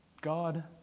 god